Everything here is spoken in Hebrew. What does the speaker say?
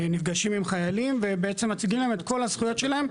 נפגשים עם חיילים ובעצם מציגים להם את כל הזכויות שלהם,